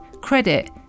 credit